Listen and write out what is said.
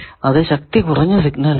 അത് ശക്തി കുറഞ്ഞ സിഗ്നൽ ആണ്